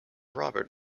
robert